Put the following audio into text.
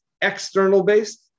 external-based